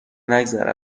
نگذره